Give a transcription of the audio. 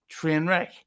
Trainwreck